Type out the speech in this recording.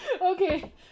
Okay